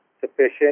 sufficient